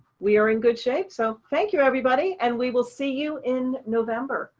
we are in good shape. so thank you, everybody. and we will see you in november.